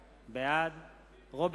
מי בעד ההסתייגות?